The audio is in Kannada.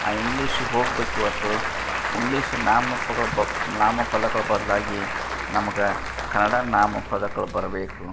ಆ ಇಂಗ್ಲೀಷ್ ಹೋಗ್ಬೇಕು ಇವತ್ತು ಇಂಗ್ಲೀಷ್ ನಾಮಪಲ ಪ ನಾಮಫಲಕಗಳ ಬದಲಾಗಿ ನಮ್ಗೆ ಕನ್ನಡ ನಾಮಪದಕಗಳು ಬರಬೇಕು